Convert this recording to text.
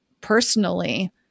personally